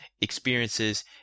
experiences